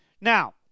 Now